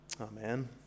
amen